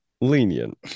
Lenient